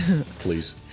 Please